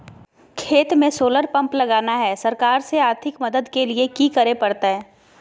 खेत में solar pump लगाना है, सरकार से आर्थिक मदद के लिए की करे परतय?